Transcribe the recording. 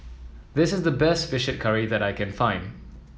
this is the best fish curry that I can find